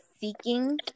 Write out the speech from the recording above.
seeking